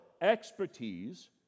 expertise